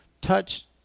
touch